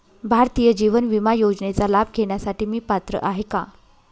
भारतीय जीवन विमा योजनेचा लाभ घेण्यासाठी मी पात्र आहे का?